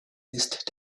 ist